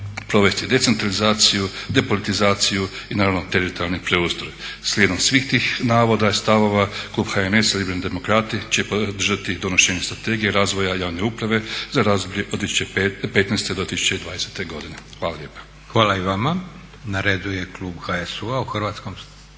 provesti decentralizaciju, depolitizaciju i naravno teritorijalni preustroj. Slijedom svih tih navoda i stavova klub HNS-a Liberalni demokrati će podržati donošenje Strategije razvoja javne uprave za razdoblje od 2015.do 2020. godine. Hvala lijepa. **Leko, Josip (SDP)** Hvala i vama.